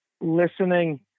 listening